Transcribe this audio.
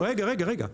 רגע, רגע.